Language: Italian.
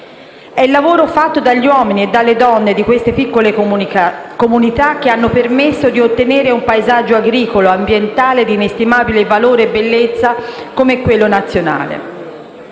È il lavoro degli uomini e delle donne di queste piccole comunità che ha permesso di ottenere un paesaggio agricolo e ambientale di inestimabile valore e bellezza come quello italiano.